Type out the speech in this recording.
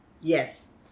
Yes